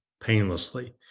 painlessly